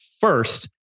first